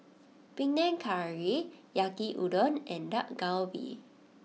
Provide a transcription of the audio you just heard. Panang Curry Yaki Udon and Dak Galbi